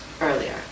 earlier